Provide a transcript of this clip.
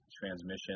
transmission